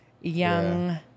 young